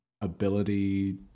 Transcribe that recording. ability